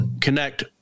connect